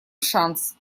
шанс